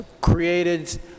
created